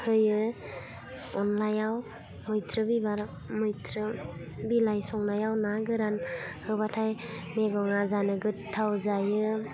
होयो अनलायाव मैथ्रु बिबाराव मेैथ्रु बिलाइ संनायाव ना गोरान होबाथाय मेगङा जानो गोथाव जायो